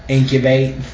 incubate